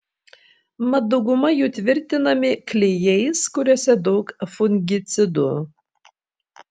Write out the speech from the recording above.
mat dauguma jų tvirtinami klijais kuriuose daug fungicidų